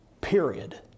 Period